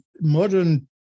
modern